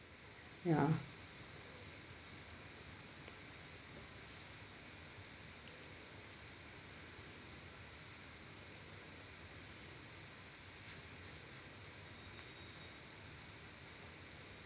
ya